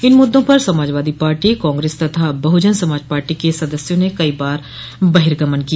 इन मुद्दों पर समाजवादो पार्टी कांग्रेस तथा बहुजन समाज पार्टी के सदस्यों ने कई बार बहिगमन किया